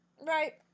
Right